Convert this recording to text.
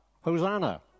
Hosanna